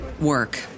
work